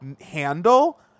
handle